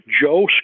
Joe